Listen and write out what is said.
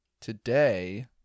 today